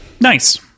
nice